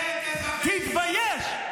תתבייש.